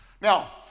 now